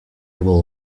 will